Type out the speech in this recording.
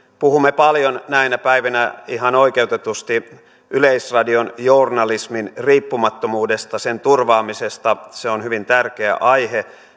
puhumme paljon näinä päivinä ihan oikeutetusti yleisradion journalismin riippumattomuudesta sen turvaamisesta se on hyvin tärkeä aihe